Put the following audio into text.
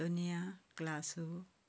Antonia क्लासो